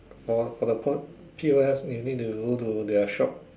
for for the PO~ P_O_S you need to go to their shop